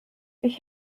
ich